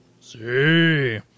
See